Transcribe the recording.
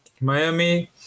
Miami